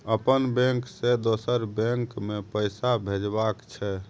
अपन बैंक से दोसर बैंक मे पैसा भेजबाक छै?